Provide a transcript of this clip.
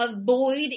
avoid